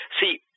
See